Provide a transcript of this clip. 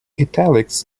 italics